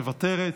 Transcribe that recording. מוותרת,